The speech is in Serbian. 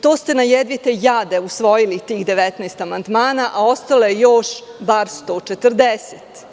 To ste na jedvite jade usvojili, tih 19 amandmana, a ostalo je još bar 140.